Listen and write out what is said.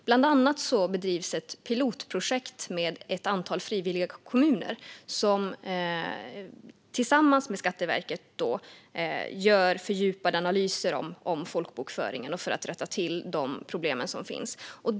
Bland annat bedrivs ett pilotprojekt med ett antal frivilliga kommuner som tillsammans med Skatteverket gör fördjupade analyser av folkbokföringen för att rätta till de problem som finns.